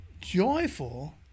joyful